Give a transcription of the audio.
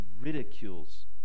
ridicules